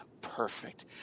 Perfect